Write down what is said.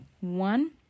One